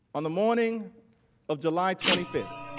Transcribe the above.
on the morning of july twenty fifth.